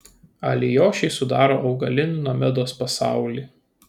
alijošiai sudaro augalinį nomedos pasaulį